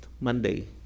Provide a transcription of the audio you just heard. Monday